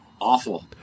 Awful